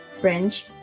French